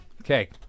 Okay